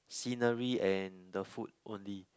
scenery and the food only